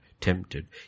tempted